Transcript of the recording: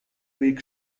weg